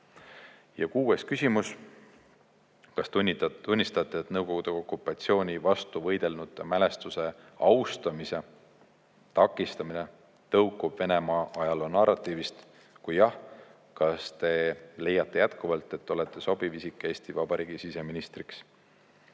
Ja kuues küsimus: "Kas tunnistate, et Nõukogude okupatsiooni vastu võidelnute mälestuse austamise (seadusevastane) takistamine tõukub Venemaa ajaloonarratiivist? Kui jah, kas Te leiate jätkuvalt, et olete sobiv isik Eesti Vabariigi siseministriks?"